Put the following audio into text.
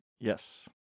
Yes